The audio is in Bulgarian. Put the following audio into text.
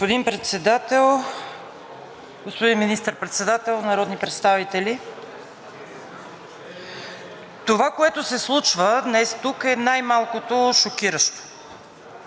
Господин Председател, господин Министър-председател, народни представители! Това, което се случва днес тук, е най-малкото шокиращо.